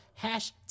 Hashtag